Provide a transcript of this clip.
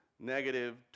Negative